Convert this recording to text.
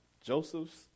joseph's